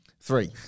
Three